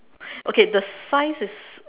okay the size is